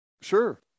Sure